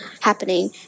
happening